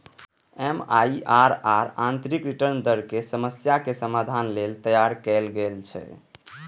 MIRR आंतरिक return दर के समस्याक समाधान लेल तैयार कैल जाइ छै